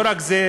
לא רק זה,